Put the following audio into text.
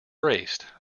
braced